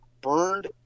burned